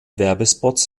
werbespots